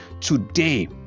today